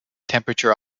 temperature